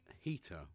heater